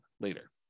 later